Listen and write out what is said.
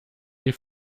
die